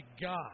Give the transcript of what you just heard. God